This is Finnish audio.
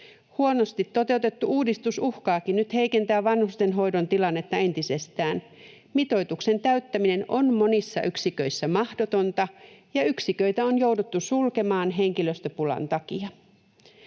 Huonosti toteutettu uudistus uhkaakin nyt heikentää vanhustenhoidon tilannetta entisestään. Mitoituksen täyttäminen on monissa yksiköissä mahdotonta, ja yksiköitä on jouduttu sulkemaan henkilöstöpulan takia.